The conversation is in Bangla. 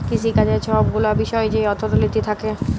কিসিকাজের ছব গুলা বিষয় যেই অথ্থলিতি থ্যাকে